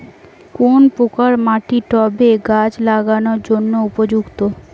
কোন প্রকার মাটি টবে গাছ লাগানোর জন্য উপযুক্ত?